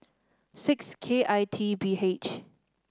six K I T B H